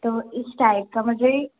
तो इस टाइप का मुझे